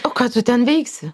o ką tu ten veiksi